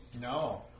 No